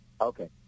Okay